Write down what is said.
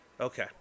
okay